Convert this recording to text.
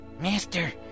Master